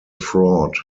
fraud